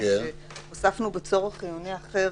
הוספנו בצורך חיוני אחר,